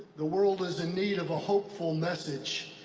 the world is in need of a hopeful message,